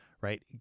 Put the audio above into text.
right